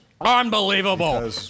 Unbelievable